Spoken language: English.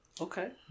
Okay